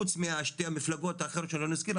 חוץ מהשתי המפלגות האחרות שלא נזכיר,